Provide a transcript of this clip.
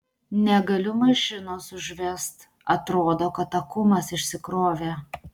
negaliu mašinos užvest atrodo kad akumas išsikrovė